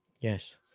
Yes